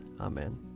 Amen